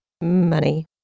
Money